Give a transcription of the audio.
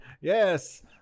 yes